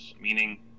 meaning